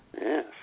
Yes